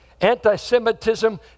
Anti-Semitism